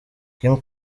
kim